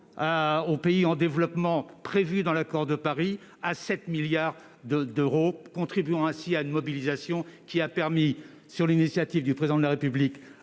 aux pays en développement dans l'accord de Paris à 7 milliards d'euros, contribuant ainsi à une mobilisation qui a permis, sur l'initiative du Président de la République,